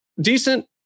decent